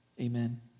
Amen